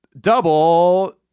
Double